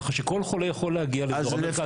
ככה שכל חולה יכול להגיע לאזור המרכז.